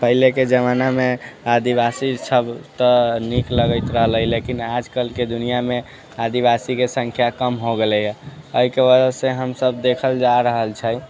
पहिलेके जमानामे आदिवासी सब तऽ नीक लगैत रहलै लेकिन आजकलके दुनिआँमे आदिवासीके सङ्ख्या कम हो गेलैय एहिके वजहसँ हमसब देखल जा रहल छै